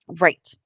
Right